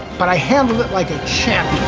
but i handled it like a champ